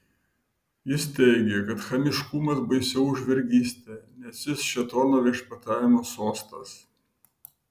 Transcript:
jis teigė kad chamiškumas baisiau už vergystę nes jis šėtono viešpatavimo sostas